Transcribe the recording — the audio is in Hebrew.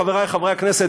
חברי חברי הכנסת,